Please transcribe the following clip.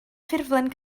ffurflen